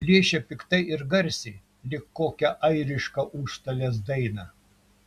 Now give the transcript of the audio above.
plėšė piktai ir garsiai lyg kokią airišką užstalės dainą